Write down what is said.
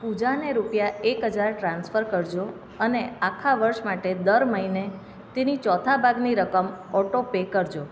પૂજાને રૂપિયા એક હજાર ટ્રાન્સફર કરજો અને આખા વર્ષ માટે દર મહિને તેની ચોથા ભાગની રકમ ઓટો પે કરજો